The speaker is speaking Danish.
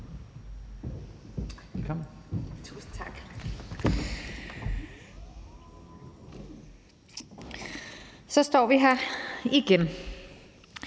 Så står vi her igen,